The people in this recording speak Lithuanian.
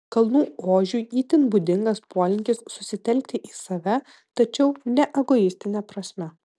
kalnų ožiui itin būdingas polinkis susitelkti į save tačiau ne egoistine prasme